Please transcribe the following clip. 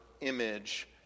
image